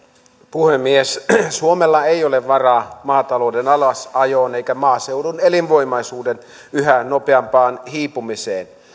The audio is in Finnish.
puhemies suomella ei ole varaa maatalouden alasajoon eikä maaseudun elinvoimaisuuden yhä nopeampaan hiipumiseen